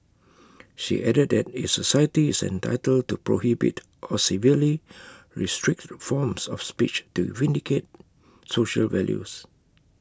she added that A society is entitled to prohibit or severely restrict forms of speech to vindicate social values